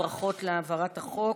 ברכות על העברת החוק.